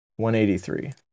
183